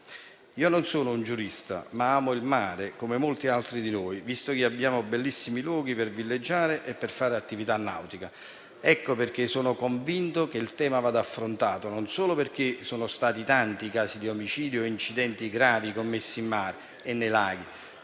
Non sono un giurista, ma amo il mare, come molti altri di noi, visto che abbiamo bellissimi luoghi per villeggiare e per fare attività nautica. Ecco perché sono convinto che il tema vada affrontato, non solo perché sono stati tanti i casi di omicidio o incidenti gravi commessi in mare e nei laghi,